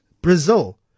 Brazil